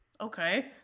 Okay